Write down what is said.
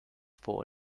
for